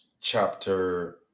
chapter